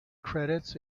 credits